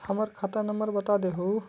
हमर खाता नंबर बता देहु?